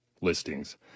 listings